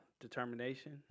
determination